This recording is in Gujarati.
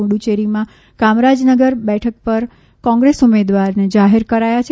પુડુચેરીમાં કાંમરાજનગર બેઠક પર કોંગ્રેસ ઉમેદવારને જાહેર કરાયા છે